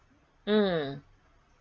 mm